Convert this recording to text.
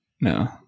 No